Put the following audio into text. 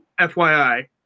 FYI